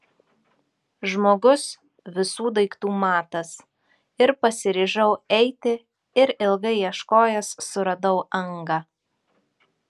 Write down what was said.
žmogus visų daiktų matas ir pasiryžau eiti ir ilgai ieškojęs suradau angą